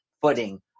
footing